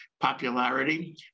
popularity